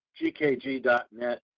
gkg.net